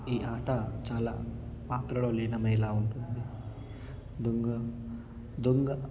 ఈ ఆట చాలా పాత్రలో లీనమయ్యేలా ఉంటుంది దొంగ దొంగ